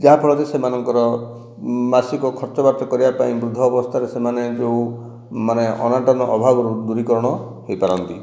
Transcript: ଯାହାଫଳରେ ସେମାନଙ୍କର ମାସିକ ଖର୍ଚ୍ଚବାର୍ଚ୍ଚ କରିବା ପାଇଁ ବୃଦ୍ଧ ଅବସ୍ଥାରେ ସେମାନେ ଯେଉଁମାନେ ଅନାଟନ ଅଭାବରୁ ଦୂରୀକରଣ ହୋଇପାରନ୍ତି